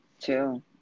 Two